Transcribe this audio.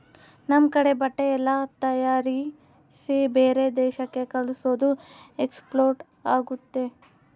ನಮ್ ಕಡೆ ಬಟ್ಟೆ ಎಲ್ಲ ತಯಾರಿಸಿ ಬೇರೆ ದೇಶಕ್ಕೆ ಕಲ್ಸೋದು ಎಕ್ಸ್ಪೋರ್ಟ್ ಆಗುತ್ತೆ